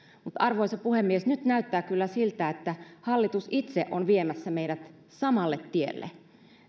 arvoisa puhemies nyt näyttää kyllä siltä että hallitus itse on viemässä meidät samalle tielle